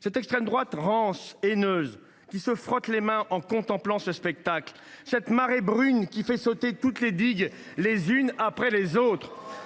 Cette extrême droite rance, haineuse, se frotte les mains en contemplant ce spectacle. C’est une marée brune qui fait sauter toutes les digues, les unes après les autres.